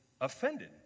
offended